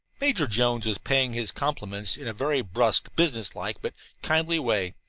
major jones was paying his compliments in a very brusque, business-like, but kindly way.